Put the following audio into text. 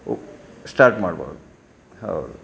start ಮಾಡ್ಬೋದು ಹೌದು